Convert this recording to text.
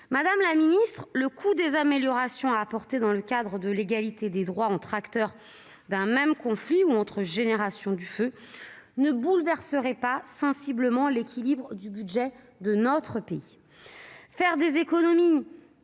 Madame la ministre, le coût des améliorations à apporter dans le cadre de l'égalité des droits entre acteurs d'un même conflit ou entre générations du feu ne bouleverserait pas sensiblement l'équilibre du budget de notre pays. Faire des économies